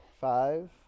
Five